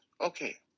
okay